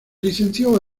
licenció